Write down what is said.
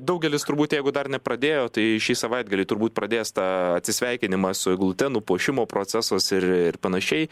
daugelis turbūt jeigu dar nepradėjo tai šį savaitgalį turbūt pradės tą atsisveikinimą su eglute nupuošimo procesas ir ir panašiai